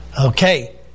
Okay